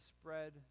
spread